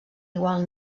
igual